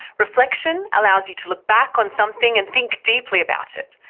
reflection allows you to look back on something and think deeply about it.